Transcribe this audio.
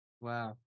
Wow